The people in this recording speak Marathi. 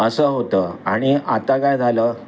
असं होतं आणि आता काय झालं